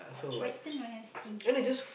western don't have steam chicken